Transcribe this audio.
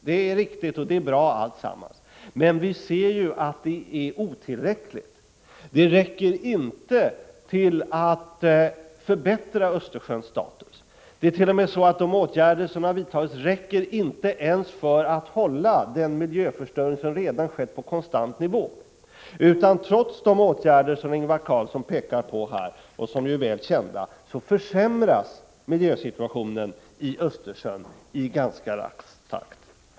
Det är riktigt, och det är bra alltsammans. Men vi ser ju att det är otillräckligt. Det räcker inte till att förbättra Östersjöns status. Det är t.o.m. så att de åtgärder som har vidtagits inte räcker för att hålla den miljöförstörelse som redan har skett på konstant nivå. Trots de åtgärder som Ingvar Carlsson pekar på och som är väl kända, försämras miljösituationen i Östersjön i ganska rask takt.